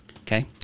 Okay